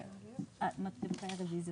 הרוויזיות